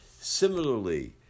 Similarly